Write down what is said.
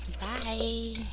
Bye